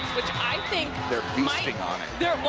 which i think they're feasting on it.